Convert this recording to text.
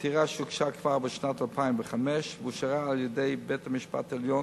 עתירה שהוגשה כבר בשנת 2005 ואושרה על-ידי בית-המשפט העליון,